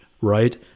right